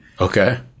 okay